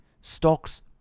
Stocks